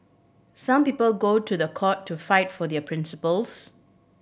some people go to the court to fight for their principles